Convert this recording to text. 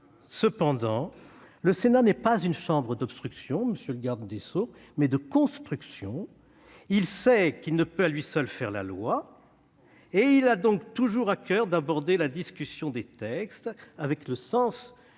Cependant, le Sénat n'est pas une chambre d'obstruction, monsieur le garde des sceaux, mais de construction. Il sait qu'il ne peut à lui seul faire la loi, et il a donc toujours à coeur d'aborder la discussion des textes avec le sens